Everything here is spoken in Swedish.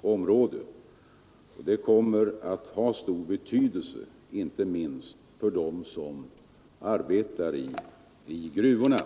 område. Det kommer att ha stor betydelse inte minst för dem som arbetar i gruvorna.